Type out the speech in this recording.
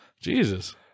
Jesus